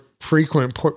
frequent